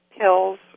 pills